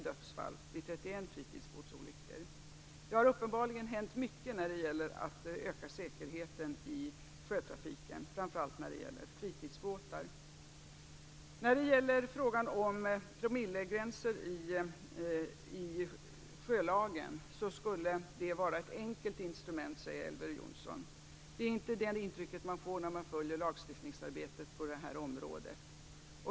Det har uppenbarligen hänt mycket när det gäller att öka säkerheten i sjötrafiken, framför allt när det gäller fritidsbåtar. Promillegränser i sjölagen skulle vara ett enkelt instrument enligt Elver Jonsson. Det är inte det intrycket man får när man följer lagstiftningsarbetet på det här området.